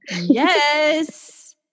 Yes